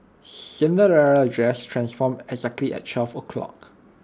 Cinderella's dress transformed exactly at twelve o' clock